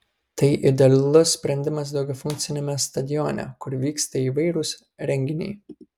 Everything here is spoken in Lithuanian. tai idealus sprendimas daugiafunkciame stadione kur vyksta įvairūs renginiai